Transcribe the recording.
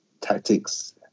tactics